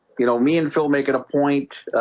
you know me and phil make it a point